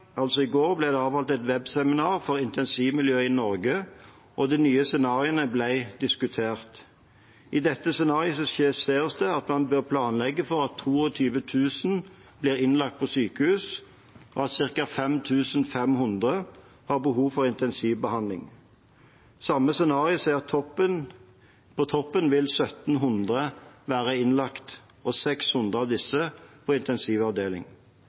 altså i går, ble det avholdt et webseminar for intensivmiljøene i Norge, og de nye scenarioene ble diskutert. I dette scenarioet skisseres det at man bør planlegge for at 22 000 blir innlagt på sykehus, og at ca. 5 500 har behov for intensivbehandling. Det samme scenarioet sier at på toppen vil 1 700 være innlagt, 600 av disse på